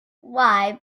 why